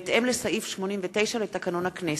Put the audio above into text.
בהתאם לסעיף 89 לתקנון הכנסת.